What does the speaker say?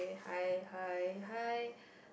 hi hi hi